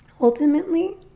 ultimately